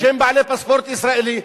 שהם בעלי פספורט ישראלי,